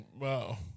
Wow